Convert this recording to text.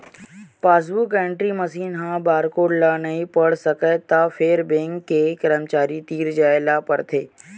passbook entry machine ह barcode ल नइ पढ़ सकय त फेर बेंक के करमचारी तीर जाए ल परथे